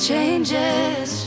Changes